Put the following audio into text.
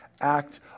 act